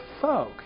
folk